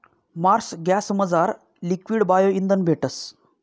Marsh गॅसमझार liquid bio इंधन भेटस